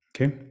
Okay